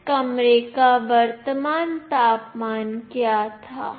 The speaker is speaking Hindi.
इस कमरे का वर्तमान तापमान क्या था